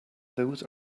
those